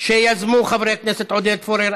שיזמו חברי הכנסת עודד פורר,